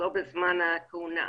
לא בזמן הכהונה,